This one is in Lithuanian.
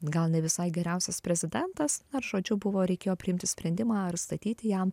gal ne visai geriausias prezidentas na ir žodžiu buvo reikėjo priimti sprendimą ar statyti jam